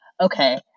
okay